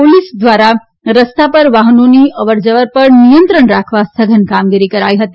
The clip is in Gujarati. પોલીસ ધ્વારા રસ્તા પર વાહનોની અવર જવર પર નિયંત્રણ રાખવા સઘન કામગીરી કરાઇ હતી